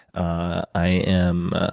i am,